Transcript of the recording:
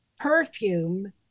Perfume